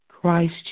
Christ